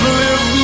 live